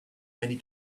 many